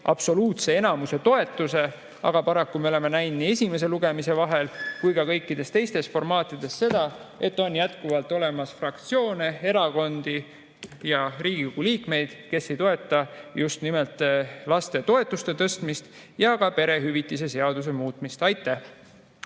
absoluutse enamuse toetuse, aga paraku me oleme näinud nii esimese lugemise vahel kui ka kõikides teistes formaatides seda, et on olemas fraktsioone, erakondi ja Riigikogu liikmeid, kes ei toeta just nimelt lapsetoetuste tõstmist ja ka perehüvitiste seaduse muutmist. Aitäh!